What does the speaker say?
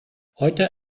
heute